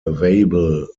available